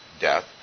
death